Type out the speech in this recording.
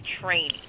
training